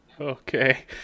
okay